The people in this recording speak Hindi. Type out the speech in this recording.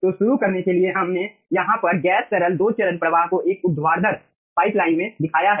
तो शुरू करने के लिए हमने यहाँ पर गैस तरल दो चरण प्रवाह को एक ऊर्ध्वाधर पाइपलाइन में दिखाया है